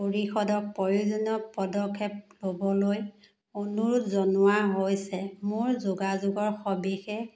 পৰিষদক প্ৰয়োজনীয় পদক্ষেপ ল'বলৈ অনুৰোধ জনোৱা হৈছে মোৰ যোগাযোগৰ সবিশেষ